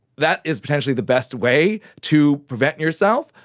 that is potentially the best way to vet yourself.